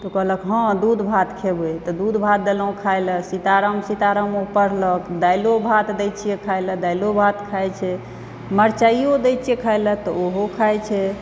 कहलक हँ दूध भात खेबै तऽ दुध भात देलहुॅं खाए लए सीताराम सीताराम ओ पढ़लक दालियो भात दै छियै खाए लए दालियो भात खयलक दालियो भात खाइ छै मरचाइयो दै छियै खाए लए तऽ ओहो खाइ छै